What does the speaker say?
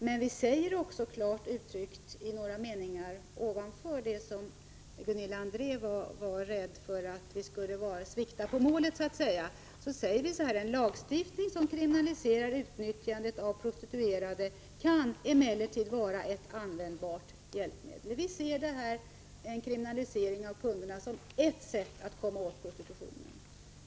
Men vi säger också klart uttryckt några meningar ovanför den mening som gjorde att Gunilla André var rädd för att vi skulle svikta på målet. Där säger vi: ”En lagstiftning, som kriminaliserar utnyttjandet av prostituerade, kan emellertid vara ett användbart hjälpmedel.” Vi ser en kriminalisering av kunderna som ett sätt att komma åt prostitutionen.